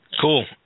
Cool